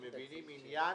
שמבינים עניין.